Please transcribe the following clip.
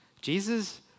Jesus